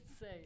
say